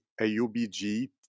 aubg